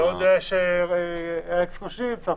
אני לא יודע מה חבר הכנסת קושניר מציע.